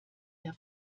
der